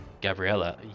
Gabriella